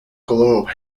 globe